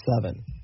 seven